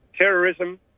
terrorism